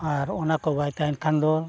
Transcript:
ᱟᱨ ᱚᱱᱟ ᱠᱚ ᱵᱟᱭ ᱛᱟᱦᱮᱱ ᱠᱷᱟᱱ ᱫᱚ